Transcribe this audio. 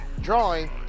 drawing